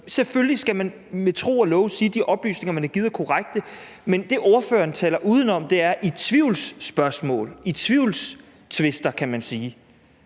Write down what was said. Selvfølgelig skal man på tro og love sige, at de oplysninger, man har givet, er korrekte. Men det, ordføreren taler uden om, er, at i tvivlsspørgsmål, i tvivlstvister, kan man sige,